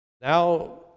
Now